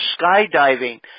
skydiving